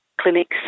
clinics